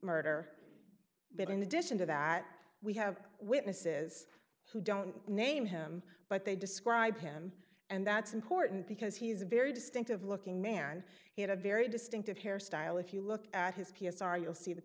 addition to that we have witnesses who don't name him but they describe him and that's important because he's a very distinctive looking man he had a very distinctive hairstyle if you look at his p s r you'll see th